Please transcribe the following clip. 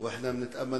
אנו מברכים